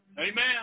Amen